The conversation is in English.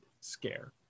scare